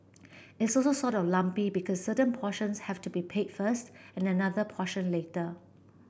it's also sort of lumpy because certain portions have to be paid first and another portion later